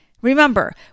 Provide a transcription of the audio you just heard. Remember